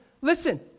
listen